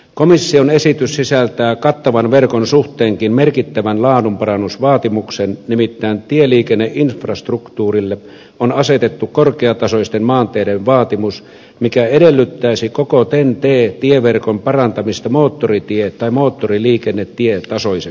komission esitys sisältää kattavan verkon suhteen merkittävän laadunparannusvaatimuksen nimittäin tieliikenneinfrastruktuurille on asetettu korkeatasoisten maanteiden vaatimus mikä edellyttäisi koko ten t tieverkon parantamista moottoritie tai moottoriliikennetietasoiseksi